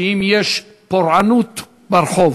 שאם יש פורענות ברחוב,